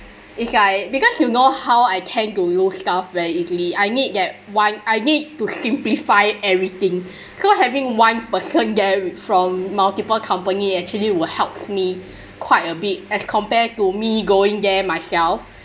it's like because you know how I tend to lose stuff very easily I need that one I need to simplify everything so having one person that is from multiple company actually would help me quite a bit as compared to me going there myself